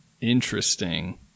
interesting